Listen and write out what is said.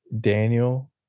Daniel